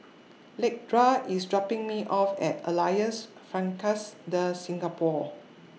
Lakendra IS dropping Me off At Alliance Francaise De Singapour